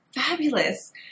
fabulous